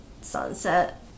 sunset